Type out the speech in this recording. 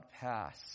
pass